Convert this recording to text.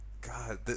God